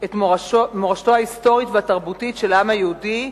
את מורשתו ההיסטורית והתרבותית של העם היהודי,